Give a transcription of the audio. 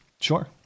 Sure